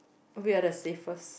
we are the safest